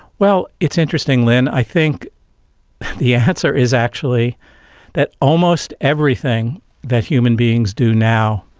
well, it's interesting lynne, i think the answer is actually that almost everything that human beings do now,